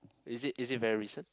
is it is it very recent